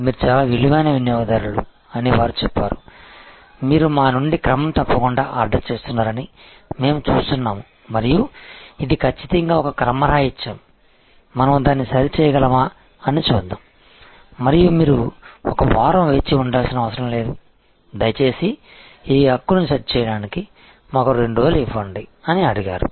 మీరు చాలా విలువైన వినియోగదారులు అని వారు చెప్పారు మీరు మా నుండి క్రమం తప్పకుండా ఆర్డర్ చేస్తున్నారని మేము చూస్తున్నాము మరియు ఇది ఖచ్చితంగా ఒక క్రమరాహిత్యం మనము దాన్ని సరిచేయగలమా అని చూద్దాం మరియు మీరు ఒక వారం వేచి ఉండాల్సిన అవసరం లేదు దయచేసి ఈ హక్కును సెట్ చేయడానికి మాకు 2 రోజులు ఇవ్వండి అని అడిగారు